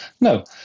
No